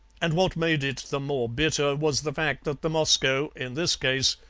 and what made it the more bitter was the fact that the moscow, in this case,